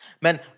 Man